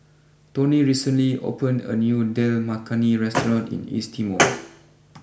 Toni recently opened a new Dal Makhani restaurant in East Timor